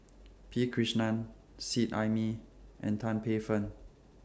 P Krishnan Seet Ai Mee and Tan Paey Fern